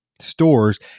stores